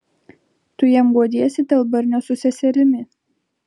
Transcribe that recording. tu jam guodiesi dėl barnio su seserimi